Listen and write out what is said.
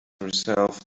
herself